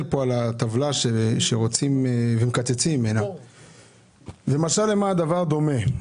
כאן על הטבלה ממנה מקצצים ואומר לך למה הדבר דומה.